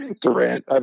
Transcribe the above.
Durant